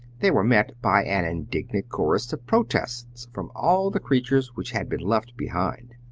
they were met by an indignant chorus of protests from all the creatures which had been left behind.